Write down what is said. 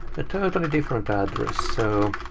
a totally different address. so